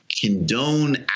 condone